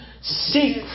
Seek